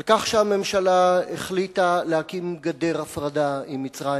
על כך שהממשלה החליטה להקים גדר הפרדה עם מצרים,